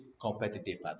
competitive